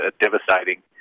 devastating